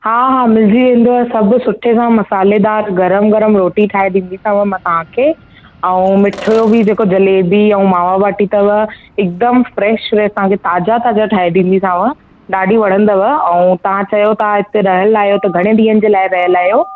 हा हा मिलिजी वेंदव सभु सुठे सां मसालेदार गरम गरम रोटी ठाहे ॾींदीसांव मां तव्हां खे ऐं मिठो बि जेको जलेबी ऐं मावा बाटी अथव एकदम फ़्रेश तव्हां खे ताज़ा ताज़ा ठाहे ॾींदीसांव ॾाढी वणंदव ऐं तव्हां चयो था हिते रहियल आयो त घणे ॾींहंनि जे लाइ रहियल आहियो